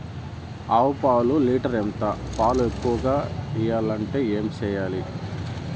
ఆవు పాలు లీటర్ ఎంత? పాలు ఎక్కువగా ఇయ్యాలంటే ఏం చేయాలి?